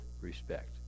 respect